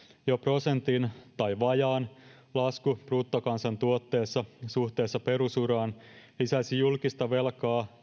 jo prosentin tai vajaan lasku bruttokansantuotteessa suhteessa perusuraan lisäisi julkista velkaa